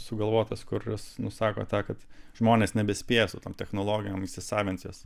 sugalvotas kuris nusako tą kad žmonės nebespėja su tom technologijom įsisavint jas